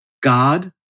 God